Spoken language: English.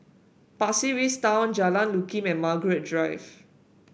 Pasir Ris Town Jalan Lakum and Margaret Drive